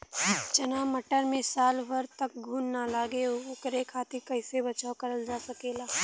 चना मटर मे साल भर तक घून ना लगे ओकरे खातीर कइसे बचाव करल जा सकेला?